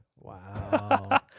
Wow